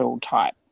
type